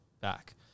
back